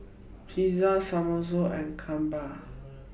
Pizza Samosa and Kimbap